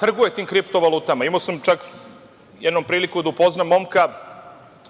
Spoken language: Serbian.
trguje tim kriptovalutama. Imao sam čak jednom priliku da upoznam momka,